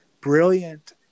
brilliant